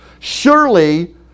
Surely